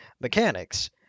mechanics